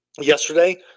yesterday